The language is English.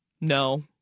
No